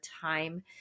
time